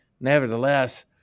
nevertheless